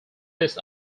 list